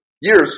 years